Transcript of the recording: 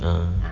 uh